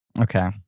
Okay